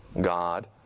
God